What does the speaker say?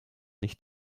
nicht